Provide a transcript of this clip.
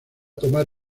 tomar